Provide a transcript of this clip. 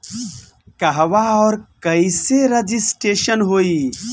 कहवा और कईसे रजिटेशन होई?